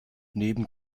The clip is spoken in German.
neben